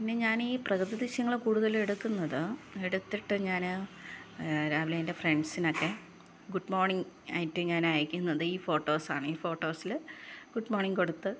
പിന്നെ ഞാനീ പ്രകൃതി ദൃശ്യങ്ങൾ കൂടുതലും എടുക്കുന്നത് എടുത്തിട്ട് ഞാൻ രാവിലെ എന്റെ ഫ്രണ്ട്സിനൊക്കെ ഗുഡ് മോര്ണിംഗ് ആയിട്ട് ഞാന് അയയ്ക്കുന്നത് ഈ ഫോട്ടോസ് ആണ് ഈ ഫോട്ടോസിൽ ഗുഡ് മോര്ണിംഗ് കൊടുത്ത്